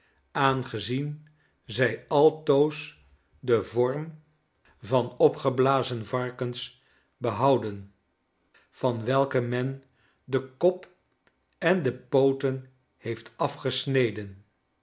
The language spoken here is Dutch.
aangezien zij altoos den vorm van opgeblazen varkens behouden van welke men den kop en de pooten heeft afgesneden